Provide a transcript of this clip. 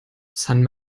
san